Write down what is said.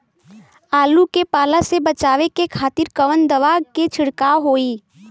आलू के पाला से बचावे के खातिर कवन दवा के छिड़काव होई?